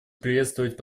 приветствовать